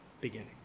beginning